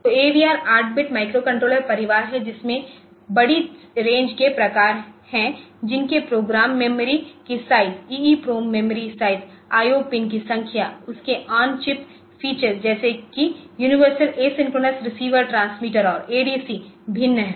तो AVR 8 bit microcontroller परिवार है जिसमें बड़ी रेंज के प्रकार है जिनके प्रोग्राम मेमोरी की size EEPROM memory size IO pin की संख्या उसके आन चिप फीचर जैसे कि यूनिवर्सल एसिंक्रोनस रिसीवर ट्रांसमीटर और ADC भिन्न है